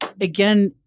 Again